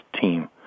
team